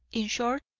in short,